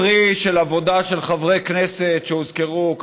פרי של עבודה של חברי כנסת שהוזכרו,